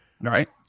Right